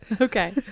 Okay